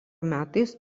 metais